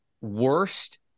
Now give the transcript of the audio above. worst